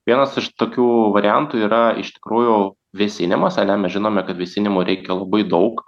vienas iš tokių variantų yra iš tikrųjų vėsinimas ane mes žinome kad vėsinimo reikia labai daug